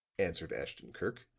answered ashton-kirk,